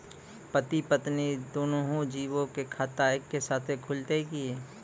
पति पत्नी दुनहु जीबो के खाता एक्के साथै खुलते की?